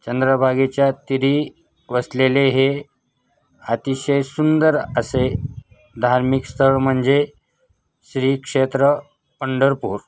चंद्रभागेच्या तीरी वसलेले हे अतिशय सुंदर असे धार्मिक स्थळ म्हणजे श्रीक्षेत्र पंढरपूर